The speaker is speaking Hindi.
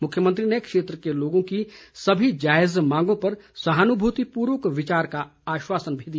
मुख्यमंत्री ने क्षेत्र के लोगों की सभी जायज़ मांगों पर सहानुभूतिपूर्वक विचार का आश्वासन भी दिया